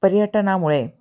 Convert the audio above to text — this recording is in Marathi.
पर्यटनामुळे